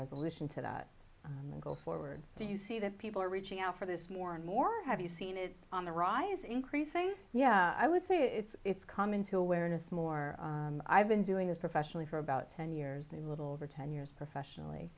resolute into that go forward do you see that people are reaching out for this more and more have you seen it on the rise increasing yeah i would say it's it's come into awareness more i've been doing this professionally for about ten years a little over ten years professionally